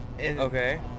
okay